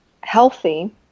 healthy